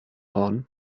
hon